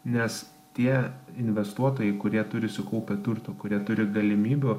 nes tie investuotojai kurie turi sukaupę turto kurie turi galimybių